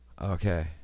Okay